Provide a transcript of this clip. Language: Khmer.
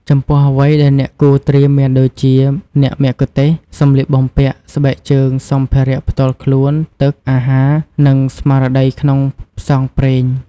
ចំពោះអ្វីដែលអ្នកគួរត្រៀមមានដូចជា អ្នកមគ្គុទ្ទេសក៍ សម្លៀកបំពាក់ ស្បែកជើង សម្ភារៈផ្ទាល់ខ្លួន ទឹក អាហារ និងស្មារតីក្នុងផ្សងព្រេង។